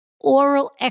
oral